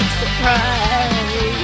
surprise